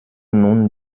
nun